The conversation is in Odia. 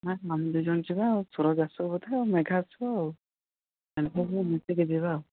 ନାହିଁ ଆମେ ଦୁଇଜଣ ଯିବା ଆଉ ସୂରଜ ଆସିବ ବୋଧେ ମେଘା ଆସିବ ଆଉ ଆମେ ସବୁ ମିଶିକି ଯିବା ଆଉ